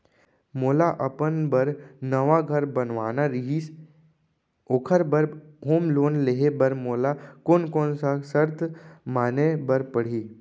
मोला अपन बर नवा घर बनवाना रहिस ओखर बर होम लोन लेहे बर मोला कोन कोन सा शर्त माने बर पड़ही?